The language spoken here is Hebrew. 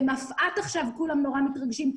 במפא"ת כולם עכשיו מאוד מתרגשים,